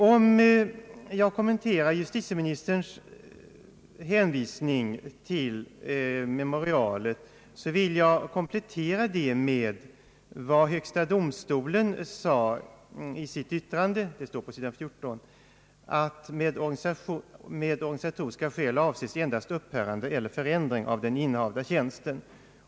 Om jag skall kommentera justitieministerns hänvisning till memorialet vill jag komplettera den med vad högsta domstolen sade i sitt yttrande — det återges på sid. 14 — att >med organisatoriska skäl avses endast upphörande eller förändring av den innehavda tjänsten».